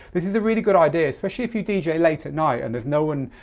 this is a really good idea especially if you dj late at night and there's no one,